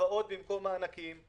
הלוואות במקום מענקים.